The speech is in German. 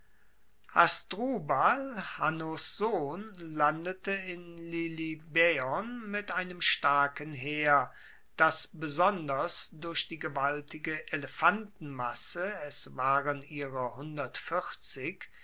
hasdrubal hannos sohn landete in lilybaeon mit einem starken heer das besonders durch die gewaltige elefantenmasse es waren ihrer